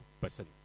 person